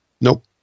Nope